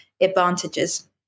advantages